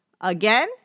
Again